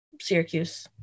Syracuse